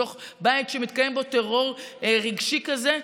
בתוך בית שמתקיים בו טרור רגשי כזה,